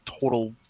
total